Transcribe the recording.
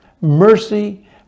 Mercy